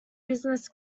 business